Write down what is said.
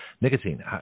Nicotine